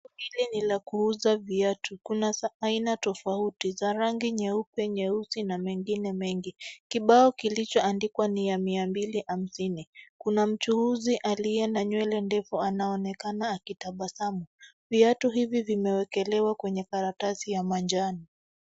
Hili ni la kuuza viatu. Kuna za aina tofauti za rangi nyeupe, nyeusi na mengine mengi. Kibao kilichoandikwa ni ya 250. Kuna mchuuzi aliye na nywele ndefu anaonekana akitabasamu. Viatu hivi vimewekelewa kwenye karatasi ya manjano.